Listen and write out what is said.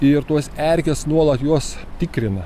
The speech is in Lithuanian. ir tos erkės nuolat juos tikrina